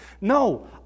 no